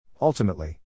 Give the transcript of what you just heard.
Ultimately